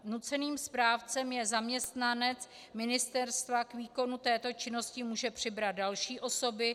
Nuceným správcem je zaměstnanec ministerstva, k výkonu této činnosti může přibrat další osoby.